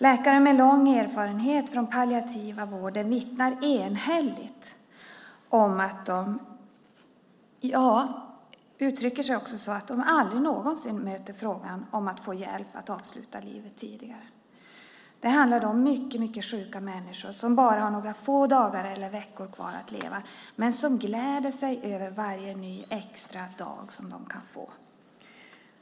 Läkare med lång erfarenhet från den palliativa vården vittnar enhälligt om att de aldrig någonsin möter frågan om att få hjälp att avsluta livet tidigare. Det handlar då om mycket sjuka människor som bara har några få dagar eller veckor kvar att leva men som gläder sig över varje ny extra dag som de kan få.